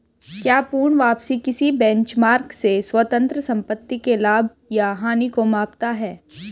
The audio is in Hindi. क्या पूर्ण वापसी किसी बेंचमार्क से स्वतंत्र संपत्ति के लाभ या हानि को मापता है?